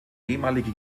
ehemalige